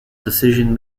decision